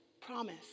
promise